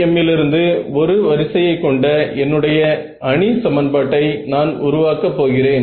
FEM லிருந்து ஒரு வரிசையை கொண்ட என்னுடைய அணி சமன் பாட்டை நான் உருவாக்க போகிறேன்